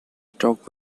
stock